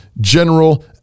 general